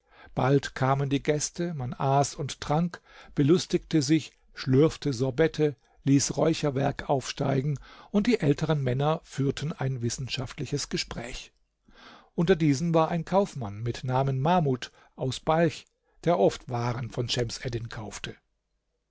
bald kamen die gäste man aß und trank belustigte sich schlürfte sorbette ließ räucherwerk aufsteigen und die älteren männer führten ein wissenschaftliches gespräch unter diesen war ein kaufmann mit namen mahmud aus balch der oft waren von schems eddin kaufte